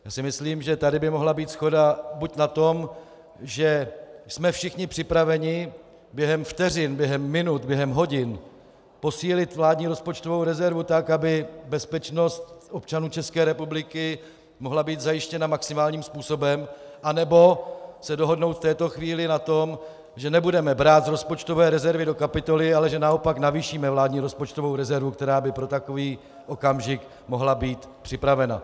Já si myslím, že tady by mohla být shoda buď na tom, že jsme všichni připraveni během vteřin, během minut, během hodin posílit vládní rozpočtovou rezervu tak, aby bezpečnost občanů České republiky mohla být zajištěna maximálním způsobem, anebo se dohodnout v této chvíli na tom, že nebudeme brát z rozpočtové rezervy do kapitoly, ale že naopak navýšíme vládní rozpočtovou rezervu, která by pro takový okamžik mohla být připravena.